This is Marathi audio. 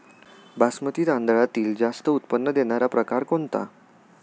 बासमती तांदळातील जास्त उत्पन्न देणारा प्रकार कोणता?